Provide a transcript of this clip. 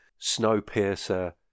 Snowpiercer